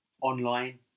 online